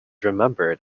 remembered